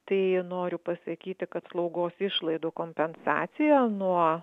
tai noriu pasakyti kad slaugos išlaidų kompensacija nuo